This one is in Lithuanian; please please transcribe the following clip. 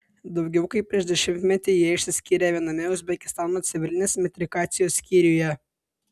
daugiau kaip prieš dešimtmetį jie išsiskyrė viename uzbekistano civilinės metrikacijos skyriuje